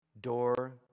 door